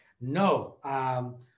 No